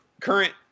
current